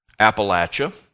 Appalachia